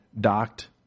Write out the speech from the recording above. docked